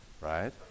right